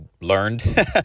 learned